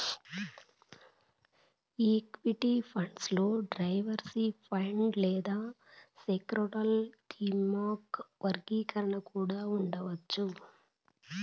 equity funds లో diversified లేదా sectoral, thematic వర్గీకరణ కూడా ఉండవచ్చు